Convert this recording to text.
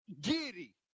giddy